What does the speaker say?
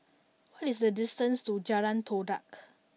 what is the distance to Jalan Todak